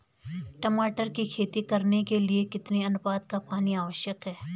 टमाटर की खेती करने के लिए कितने अनुपात का पानी आवश्यक है?